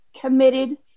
committed